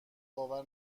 باور